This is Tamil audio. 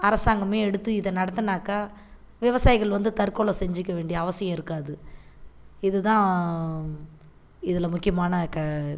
அரசாங்கமே எடுத்து இதை நடத்துனாக்கா விவசாயிகள் வந்து தற்கொலை செஞ்சிக்க வேண்டிய அவசியம் இருக்காது இது தான் இதில் முக்கியமான க